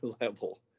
level